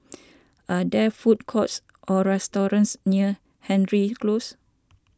are there food courts or restaurants near Hendry Close